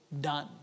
done